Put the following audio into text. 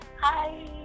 hi